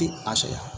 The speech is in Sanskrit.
इति आशयः